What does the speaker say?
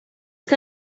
que